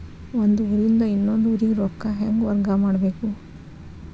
ಒಂದ್ ಊರಿಂದ ಇನ್ನೊಂದ ಊರಿಗೆ ರೊಕ್ಕಾ ಹೆಂಗ್ ವರ್ಗಾ ಮಾಡ್ಬೇಕು?